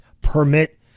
permit